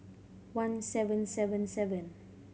one seven seven seven